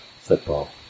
football